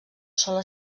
sola